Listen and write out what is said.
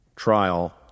Trial